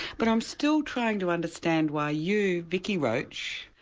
but i'm still trying to understand why you, vicki roach,